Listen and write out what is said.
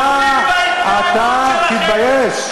תתבייש לך.